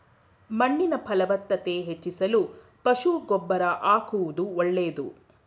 ಮಣ್ಣಿನ ಫಲವತ್ತತೆ ಹೆಚ್ಚಿಸಲು ಪಶು ಗೊಬ್ಬರ ಆಕುವುದು ಒಳ್ಳೆದು